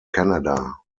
canada